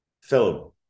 film